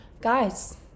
guys